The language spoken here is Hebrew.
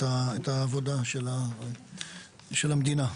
את העבודה של המדינה.